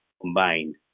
combined